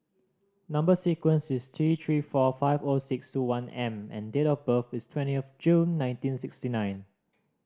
number sequence is T Three four five O six two one M and date of birth is twentieth June nineteen sixty nine